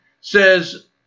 says